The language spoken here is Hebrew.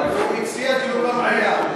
הוא מציע דיון במליאה.